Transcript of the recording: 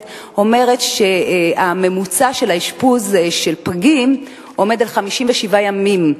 אומרת שהממוצע של אשפוז פגים עומד על 57 ימים,